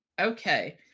Okay